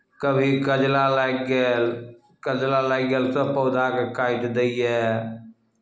कभी कजला लागि गेल कजला लागि गेल तऽ पौधाकेँ काटि दैए